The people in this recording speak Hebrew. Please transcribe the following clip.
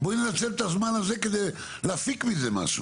בואי ננצל את הזמן הזה כדי להפיק מזה משהו.